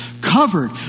covered